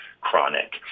chronic